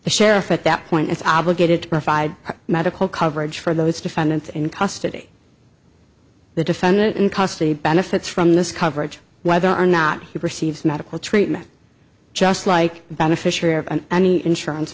the sheriff at that point is obligated to provide medical coverage for those defendants in custody the defendant in custody benefits from this coverage whether or not he perceives medical treatment just like the beneficiary of any insurance